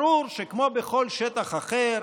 ברור שכמו בכל שטח אחר,